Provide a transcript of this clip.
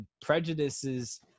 prejudices